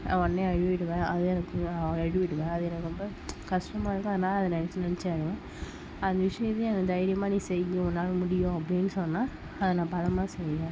நான் உடனே அழுதுவிடுவேன் அது எனக்கு நான் அழுதுவிடுவேன் அது எனக்கு ரொம்ப கஷ்டமாயிருக்கும் அதனால் அதை நினைச்சி நினைச்சி அழுவேன் அந்த விஷயத்தையே தைரியமாக நீ செய் உன்னால் முடியும் அப்படின்னு சொன்னால் அதை நான் பலமாக செய்வேன்